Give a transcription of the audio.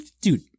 dude